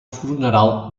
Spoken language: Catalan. funeral